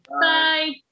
Bye